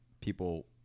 people